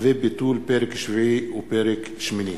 וביטול פרק שביעי ופרק שמיני,